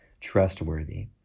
trustworthy